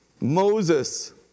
Moses